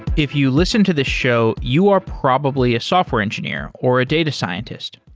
if you listen to this show, you are probably a software engineer or a data scientist.